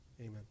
Amen